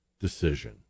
decision